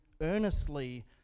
earnestly